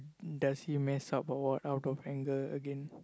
does he mess up or what out of anger again